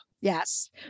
Yes